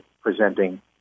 presenting